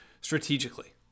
strategically